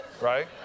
right